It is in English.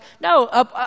No